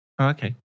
Okay